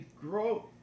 grow